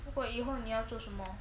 如果以后你要做什么